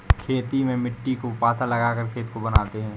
खेती में मिट्टी को पाथा लगाकर खेत को बनाते हैं?